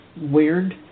weird